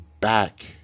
back